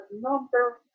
number